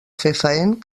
fefaent